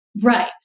Right